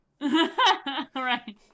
right